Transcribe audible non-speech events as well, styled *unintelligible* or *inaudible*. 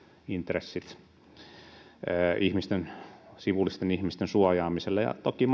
intressit sivullisten ihmisten suojaamiselle ja toki *unintelligible*